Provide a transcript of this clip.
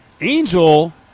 Angel